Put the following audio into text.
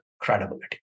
credibility